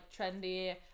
trendy